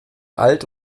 alt